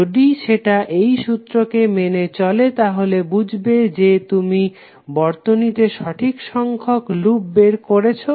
যদি সেতা এই সুত্রকে মেনে চলে তাহলে বুঝবে যে তুমি বর্তনীতে সঠিক সংখ্যক লুপ বের করেছো